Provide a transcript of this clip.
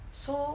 so